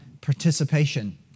participation